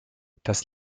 das